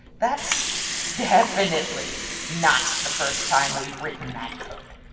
that's definitely not the first time we've written that code.